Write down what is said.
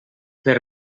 per